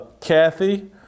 Kathy